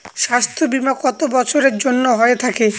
স্বাস্থ্যবীমা কত বছরের জন্য হয়ে থাকে?